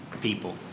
people